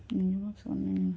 என்னமோ சொன்னீங்க